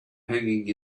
hanging